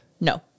no